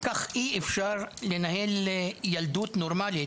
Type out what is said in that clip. כך אי אפשר לנהל ילדות נורמלית,